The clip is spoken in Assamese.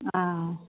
অঁ